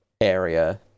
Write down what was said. area